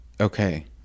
Okay